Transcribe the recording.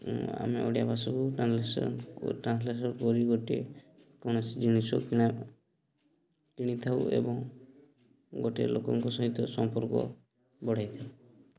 ଆମେ ଓଡ଼ିଆ ଭାଷାକୁ translation translation କରି ଗୋଟିଏ କୌଣସି ଜିନିଷ କିଣା କିଣିଥାଉ ଏବଂ ଗୋଟିଏ ଲୋକଙ୍କ ସହିତ ସମ୍ପର୍କ ବଢ଼ାଇଥାଉ